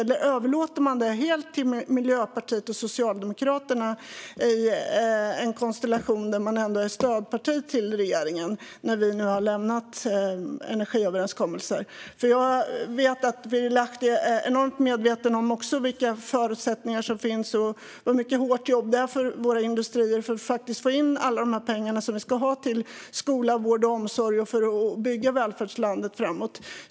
Eller överlåter man detta helt till Miljöpartiet och Socialdemokraterna i en konstellation där man ändå är stödparti till regeringen när vi nu har lämnat energiöverenskommelsen? Jag vet nämligen att Birger Lahti är mycket medveten om vilka förutsättningar som finns och hur mycket hårt jobb det är för våra industrier för att faktiskt få in alla de pengar som vi ska ha till skola, vård och omsorg och för att bygga välfärdslandet framåt.